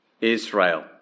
Israel